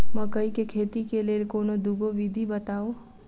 मकई केँ खेती केँ लेल कोनो दुगो विधि बताऊ?